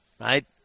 right